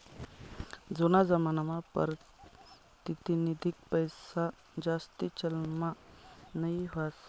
जूना जमानामा पारतिनिधिक पैसाजास्ती चलनमा नयी व्हता